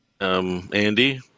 Andy